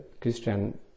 Christian